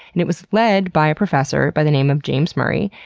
and it was led by a professor by the name of james murray.